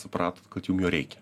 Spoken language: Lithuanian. supratot kad jum jo reikia